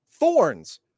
Thorns